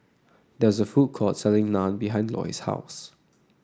there is a food court selling Naan behind Loy's house